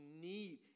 need